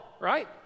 right